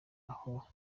aho